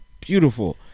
beautiful